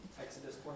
Exodus